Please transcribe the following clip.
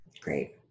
Great